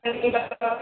hello